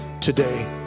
today